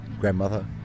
grandmother